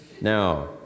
Now